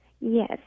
Yes